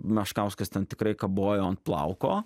meškauskas ten tikrai kabojo ant plauko